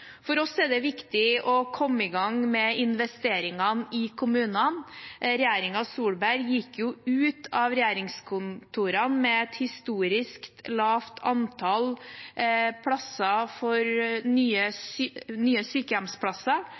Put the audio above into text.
For oss er det viktig å komme i gang med investeringene i kommunene. Regjeringen Solberg gikk ut av regjeringskontorene med et historisk lavt antall nye sykehjemsplasser, 500 plasser,